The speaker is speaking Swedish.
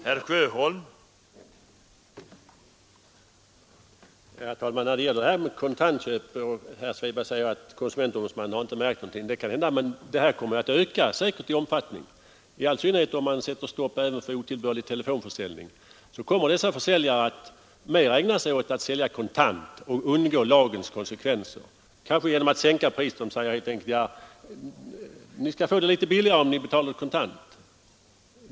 Herr talman! Det kan vara riktigt att konsumentombudsmannen inte har märkt att det är några nackdelar förenade med att kontantköpen inte omfattas av hemförsäljningslagen. Men kontantköpen kommer att öka i omfattning, i all synnerhet om man sätter stopp för otillbörlig telefonförsäljning. Försäljarna kommer då i större utsträckning att försöka sälja kontant för att därmed undgå lagens konsekvenser. Det kan ske t.ex. genom att man sänker priserna vid kontantköp.